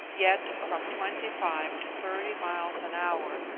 yet from twenty-five to thirty miles an hour,